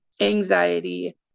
anxiety